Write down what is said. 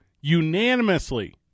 unanimously